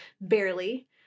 barely